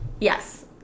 Yes